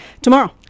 Tomorrow